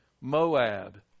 Moab